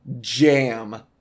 jam